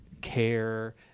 care